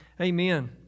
Amen